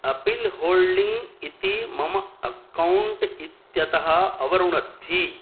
appeal holding इति मम account इत्यतः अवरुणद्धि